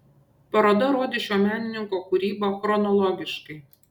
paroda rodys šio menininko kūrybą chronologiškai